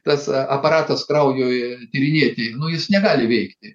tas aparatas kraujui tyrinėti nu jis negali veikti